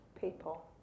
people